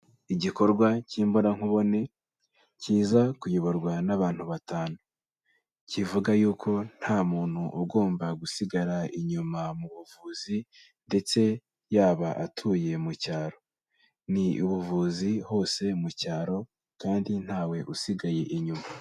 Igikorwa cy'imbonankubone kiza kuyoborwa n'abantu batanu. Kivuga yuko nta muntu ugomba gusigara inyuma mu buvuzi ndetse yaba atuye mu cyaro. Ni ubuvuzi hose mu cyaro kandi ntawe usigaye inyuma.